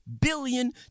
billion